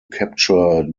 capture